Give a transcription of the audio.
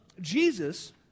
Jesus